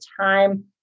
time